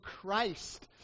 Christ